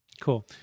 Cool